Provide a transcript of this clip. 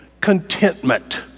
Contentment